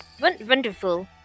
Wonderful